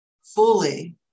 fully